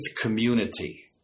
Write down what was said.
community